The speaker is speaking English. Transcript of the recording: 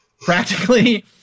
practically